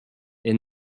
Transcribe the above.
est